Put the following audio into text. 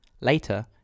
later